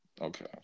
Okay